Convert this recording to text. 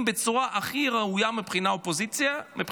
בצורה הכי ראויה מבחינה אופוזיציונית,